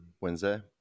wednesday